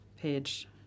page